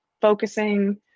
focusing